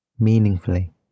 meaningfully